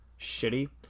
shitty